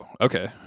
okay